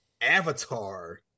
avatar